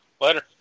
Later